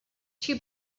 too